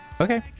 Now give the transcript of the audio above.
Okay